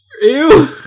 Ew